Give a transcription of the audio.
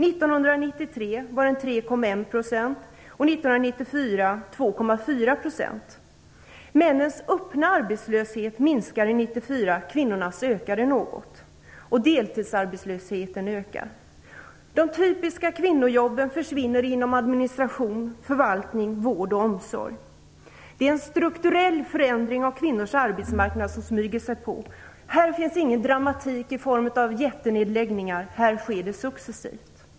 1993 var den De typiska kvinnojobben försvinner inom administration, förvaltning, vård och omsorg. Det är en strukturell förändring av kvinnors arbetsmarknad som smyger sig på. Här finns ingen dramatik i form av jättenedläggningar. Här sker det successivt.